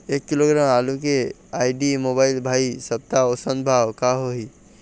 एक किलोग्राम आलू के आईडी, मोबाइल, भाई सप्ता औसत भाव का होही?